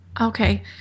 Okay